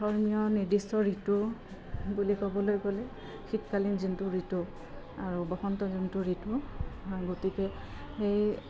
ধৰ্মীয় নিৰ্দিষ্ট ঋতু বুলি ক'বলৈ গ'লে শীতকালীন যোনটো ঋতু আৰু বসন্ত যোনটো ঋতু গতিকে সেই